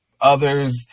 others